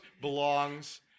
belongs